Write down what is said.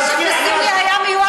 את הבנאליות של הרוע מסביבנו אני רואה.